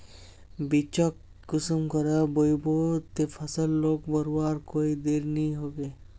बिच्चिक कुंसम करे बोई बो ते फसल लोक बढ़वार कोई देर नी होबे?